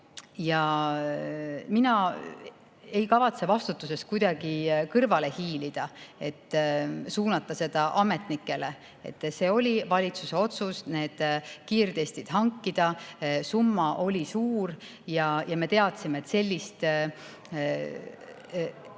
Mina ei kavatse vastutusest kuidagi kõrvale hiilida, et suunata seda ametnikele. Oli valitsuse otsus need kiirtestid hankida. Summa oli suur ja me teadsime, et sellist hanke